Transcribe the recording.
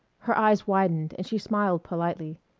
her eyes widened and she smiled politely.